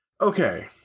Okay